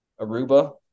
Aruba